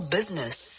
Business